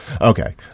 Okay